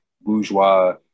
bourgeois